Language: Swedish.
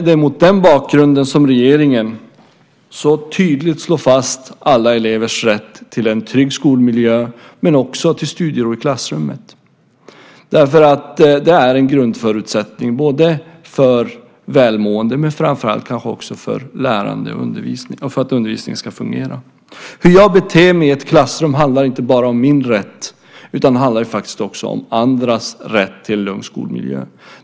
Det är mot den bakgrunden som regeringen så tydligt slår fast alla elevers rätt till en trygg skolmiljö men också till studiero i klassrummet. Det är en grundförutsättning för välmående men framför allt kanske också för lärande och undervisning och för att undervisningen ska fungera. Hur jag beter mig i ett klassrum handlar inte bara om min rätt, utan det handlar faktiskt också om andras rätt till en lugn skolmiljö.